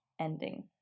ending